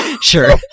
Sure